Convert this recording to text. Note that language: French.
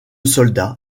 soldats